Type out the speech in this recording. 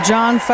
John